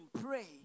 pray